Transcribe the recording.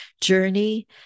journey